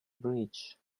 bridge